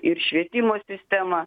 ir švietimo sistemą